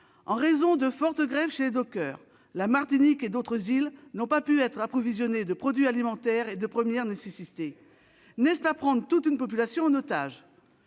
en raison de fortes grèves chez les dockers, la Martinique et d'autres îles n'ont pas pu être approvisionnées en produits alimentaires et de première nécessité. Tout à fait ! N'est-ce pas prendre toute une population en otage ?